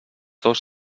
dos